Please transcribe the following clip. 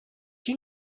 you